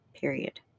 period